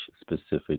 specific